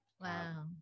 Wow